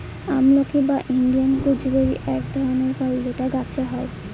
আমলকি বা Indian gooseberry এক ধরনের ফল যেটা গাছে হয়